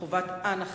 מחובת אנחה.